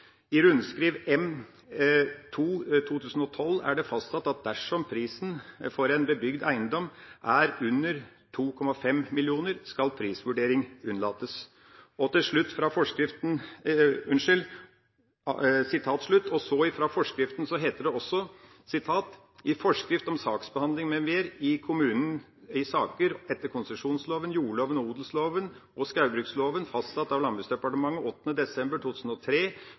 I rundskriv M-2/2012 er det fastsatt at dersom prisen for en bebygd eiendom er under kr 2 500 000 skal prisvurdering unnlates.» Og til slutt om forskriften: «I «Forskrift om saksbehandling mv. i kommunen i saker etter konsesjonsloven, jordloven, odelsloven og skogbruksloven» fastsatt av LMD 8. desember 2003